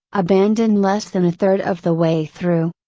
abandoned less than a third of the way through.